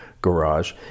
garage